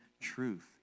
truth